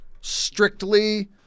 strictly